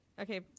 okay